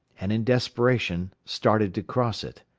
and in desperation started to cross it.